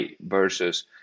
versus